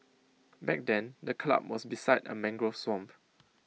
back then the club was beside A mangrove swamp